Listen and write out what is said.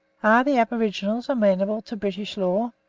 are the aboriginals amenable to british law?